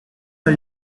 are